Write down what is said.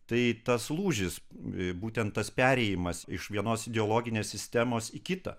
tai tas lūžis būtent tas perėjimas iš vienos ideologinės sistemos į kitą